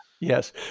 Yes